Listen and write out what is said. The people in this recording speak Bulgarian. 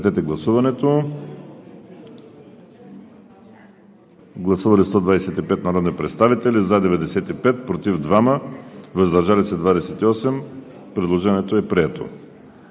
2020 г. Гласували 125 народни представители: за 95, против 2, въздържали се 28. Предложението е прието.